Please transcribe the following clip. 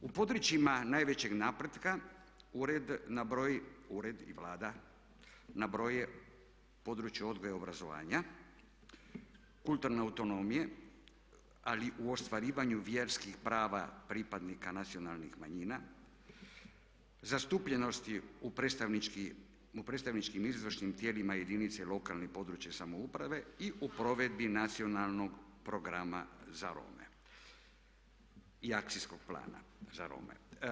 U područjima najvećeg napretka ured i Vlada nabroji područje odgoja i obrazovanja, kulturne autonomije ali u ostvarivanju vjerskih prava pripadnika nacionalnih manjina, zastupljenost u predstavničkim i izvršnim tijelima jedinica lokalne i područne samouprave i u provedbi Nacionalnog programa za Rome i Akcijskog plana za Rome.